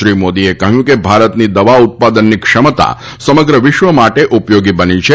શ્રી મોદીએ કહ્યું કે ભારતની દવા ઉત્પાદનની ક્ષમતા સમગ્ર વિશ્વ માટે ઉપયોગ બની છે